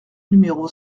numéro